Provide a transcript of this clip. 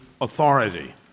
authority